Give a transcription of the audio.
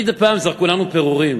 מדי פעם זרקו לנו פירורים,